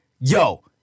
yo